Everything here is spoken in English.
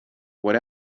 what